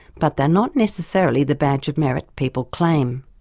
but they are not necessarily the badge of merit people claim.